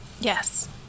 yes